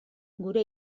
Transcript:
gure